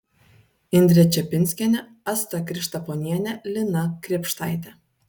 indrė čepinskienė asta krištaponienė lina krėpštaitė